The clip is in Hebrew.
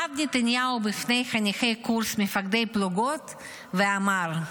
עמד נתניהו בפני חניכי קורס מפקדי פלוגות ואמר: